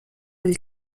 del